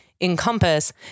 encompass